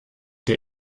der